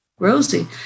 Rosie